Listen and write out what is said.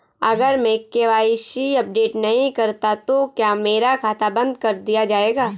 अगर मैं KYC update नहीं करता तो क्या मेरा खाता बंद कर दिया जाएगा?